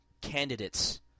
candidates